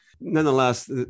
nonetheless